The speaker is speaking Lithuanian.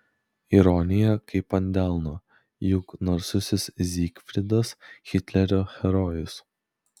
ironija kaip ant delno juk narsusis zygfridas hitlerio herojus